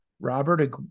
Robert